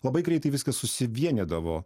labai greitai viskas susivienydavo